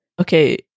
Okay